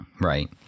Right